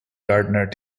gardener